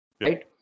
right